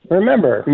remember